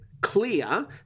clear